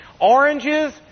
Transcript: Oranges